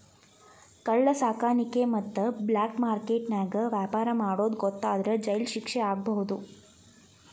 ಕಳ್ಳ ಸಾಕಾಣಿಕೆ ಮತ್ತ ಬ್ಲಾಕ್ ಮಾರ್ಕೆಟ್ ನ್ಯಾಗ ವ್ಯಾಪಾರ ಮಾಡೋದ್ ಗೊತ್ತಾದ್ರ ಜೈಲ್ ಶಿಕ್ಷೆ ಆಗ್ಬಹು